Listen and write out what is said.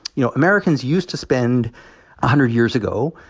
you know, americans used to spend, a hundred years ago,